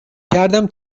کردم